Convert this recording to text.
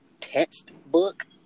textbook